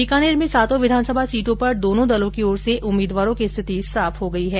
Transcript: बीकानेर में सातों विधानसभा सीटों पर दोनो दलों की ओर से उम्मीदवारों की स्थिति साफ हो गई है